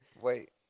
Wait